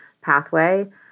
pathway